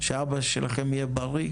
שאבא שלכם יהיה בריא,